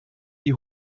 die